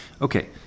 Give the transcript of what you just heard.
Okay